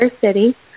City